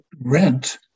rent